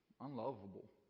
unlovable